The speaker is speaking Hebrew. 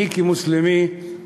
אני, כמוסלמי,